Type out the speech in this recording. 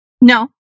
No